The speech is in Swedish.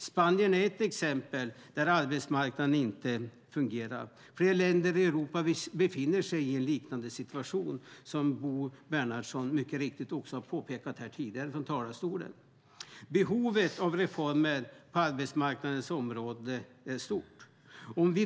Spanien är ett exempel där arbetsmarknaden inte fungerar. Fler länder i Europa befinner sig i en liknande situation, vilket Bo Bernhardsson mycket riktigt påpekade. Behovet av reformer på arbetsmarknaden är stort.